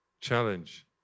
Challenge